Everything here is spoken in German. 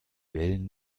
wellen